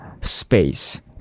space